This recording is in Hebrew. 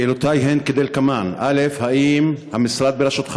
שאלותי הן כדלקמן: 1. האם המשרד בראשותך